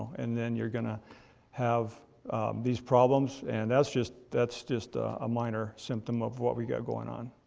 and then you're gonna have these problems. and that's just, that's just a minor symptom of what we got going on.